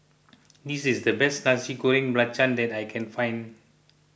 this is the best Nasi Goreng Belacan that I can find